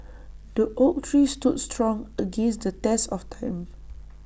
the oak tree stood strong against the test of time